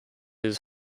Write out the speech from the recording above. his